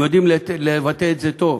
הם יודעים לבטא את זה טוב.